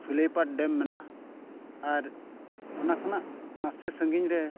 ᱥᱩᱞᱟᱹᱭᱯᱟᱲ ᱢᱮᱱᱟᱜᱼᱟ ᱟᱨ ᱚᱱᱟ ᱠᱷᱚᱱᱟᱜ ᱱᱟᱥᱮ ᱥᱟᱺᱜᱤᱧ ᱨᱮ